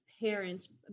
parents